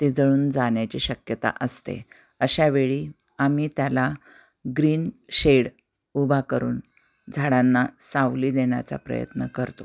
ते जळून जाण्या्ची शक्यता असते अशावेळी आम्ही त्याला ग्रीन शेड उभा करून झाडांना सावली देण्या्चा प्रयत्न करतो